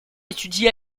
étudié